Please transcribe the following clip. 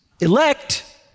Elect